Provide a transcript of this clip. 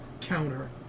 counter